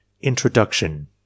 Introduction